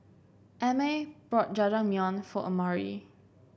Emett bought Jajangmyeon for Amari